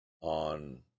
on